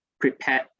prepared